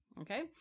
okay